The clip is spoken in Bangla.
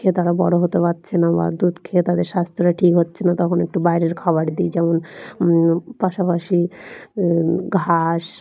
খেয়ে তারা বড়ো হতে পারছে না বা দুধ খেয়ে তাদের স্বাস্থ্যটা ঠিক হচ্ছে না তখন একটু বাইরের খাবার দিই যেমন পাশাপাশি ঘাস